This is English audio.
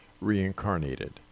reincarnated